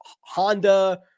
Honda